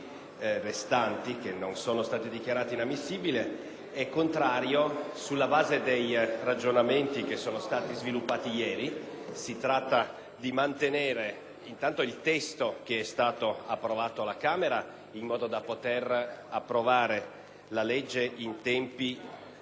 restanti che non sono stati dichiarati improponibili è contrario sulla base dei ragionamenti che sono stati sviluppati ieri. In primo luogo, si tratta di mantenere il testo che è stato approvato alla Camera in modo da poter approvare la legge in tempi